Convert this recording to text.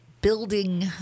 building